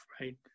right